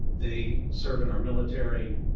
they serve in our military,